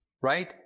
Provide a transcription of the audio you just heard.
right